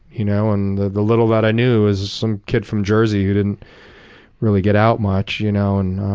you know and the the little that i knew as some kid from jersey who didn't really get out much. you know and